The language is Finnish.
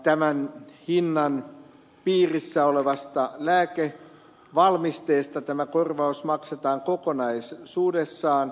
tämän hinnan piirissä olevasta lääkevalmisteesta tämä korvaus maksetaan kokonaisuudessaan